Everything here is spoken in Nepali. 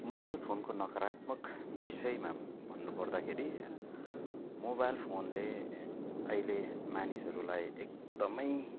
मोबाइल फोनको नकारात्मक विषयमा भन्नुपर्दाखेरि मोबाइल फोनले अहिले मानिसहरूलाई एकदमै